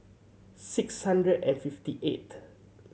six hundred and fifty eighth